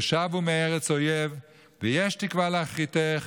ושבו מארץ אויב ויש תקוה לאחריתך,